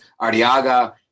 Arriaga